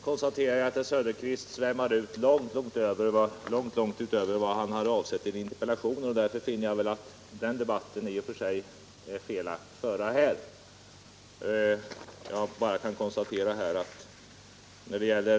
Herr talman! Nu märker jag att herr Söderqvist svävar ut långt över vad han har avsett med interpellationen, och en sådan debatt är det i och för sig felaktigt att föra här.